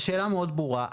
השאלה מאוד ברורה.